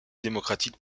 démocratique